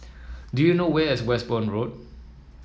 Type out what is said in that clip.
do you know where is Westbourne Road